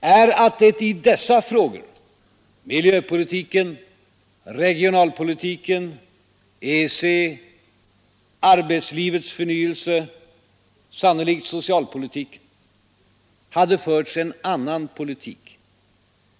är att det i dessa frågor miljöpolitiken, regionalpolitiken, EEC, arbetslivets förnyelse, sannolikt socialpolitiken hade förts en annan politik.